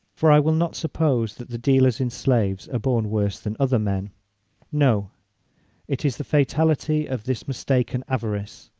for i will not suppose that the dealers in slaves are born worse than other men no it is the fatality of this mistaken avarice,